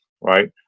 right